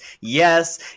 Yes